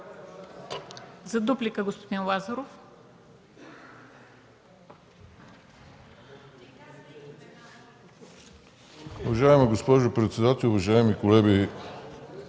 За дуплика – господин Лазаров.